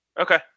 Okay